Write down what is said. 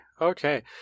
Okay